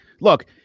look